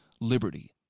Liberty